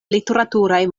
literaturaj